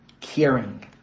caring